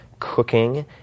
cooking